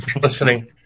listening